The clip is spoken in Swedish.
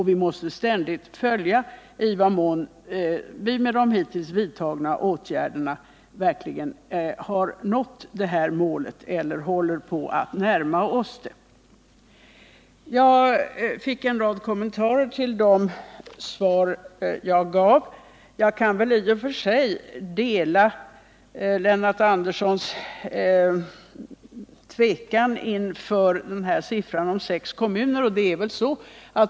Vi måste ständigt följa i vad mån vi med de hittills vidtagna åtgärderna verkligen har nått detta mål eller närmar oss det. Jag fick en rad kommentarer till det svar jag gav. I och för sig kan jag dela Lennart Anderssons tvekan inför sifferuppgiften om sex kommuner.